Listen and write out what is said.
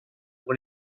pour